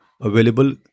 available